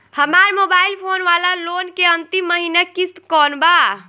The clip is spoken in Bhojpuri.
हमार मोबाइल फोन वाला लोन के अंतिम महिना किश्त कौन बा?